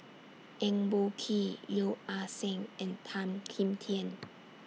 Eng Boh Kee Yeo Ah Seng and Tan Kim Tian